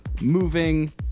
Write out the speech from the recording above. moving